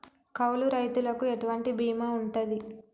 కౌలు రైతులకు ఎటువంటి బీమా ఉంటది?